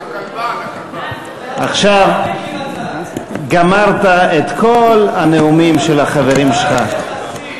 עכשיו גמרת את כל הנאומים של החברים שלך.